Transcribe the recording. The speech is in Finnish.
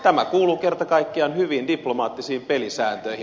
tämä kuuluu kerta kaikkiaan hyviin diplomaattisiin pelisääntöihin